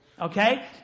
okay